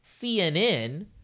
CNN